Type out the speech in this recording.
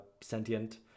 sentient